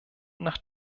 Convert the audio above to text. nach